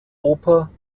oper